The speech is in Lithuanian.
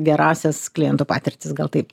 gerąsias kliento patirtis gal taip